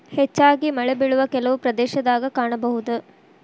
ಹೆಚ್ಚಾಗಿ ಮಳೆಬಿಳುವ ಕೆಲವು ಪ್ರದೇಶದಾಗ ಕಾಣಬಹುದ